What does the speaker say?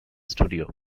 studio